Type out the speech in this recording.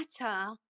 matter